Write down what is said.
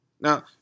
Now